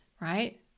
Right